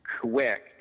quick